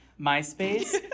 MySpace